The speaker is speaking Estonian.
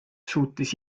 suutis